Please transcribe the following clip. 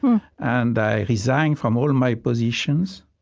and i resigned from all my positions,